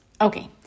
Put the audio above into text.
Okay